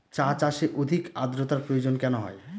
চা চাষে অধিক আদ্রর্তার প্রয়োজন কেন হয়?